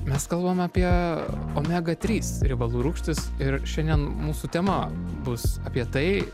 mes kalbam apie omega trys riebalų rūgštis ir šiandien mūsų tema bus apie tai